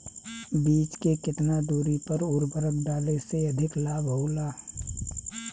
बीज के केतना दूरी पर उर्वरक डाले से अधिक लाभ होला?